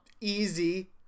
easy